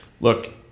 look